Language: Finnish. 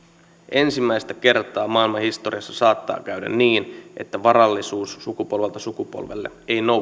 ensimmäistä kertaa maailmanhistoriassa saattaa käydä niin että varallisuus sukupolvelta sukupolvelle ei nousekaan